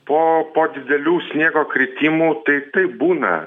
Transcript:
po po didelių sniego kritimų tai taip būna